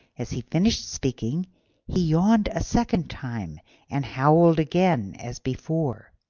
as he finished speaking he yawned a second time and howled again as before.